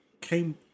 came